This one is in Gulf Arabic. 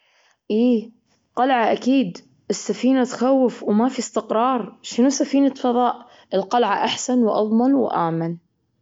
إيه، قلعة أكيد. السفينة تخوف وما في استقرار. شنو سفينة فضاء؟ القلعة أحسن وأضمن واّمن.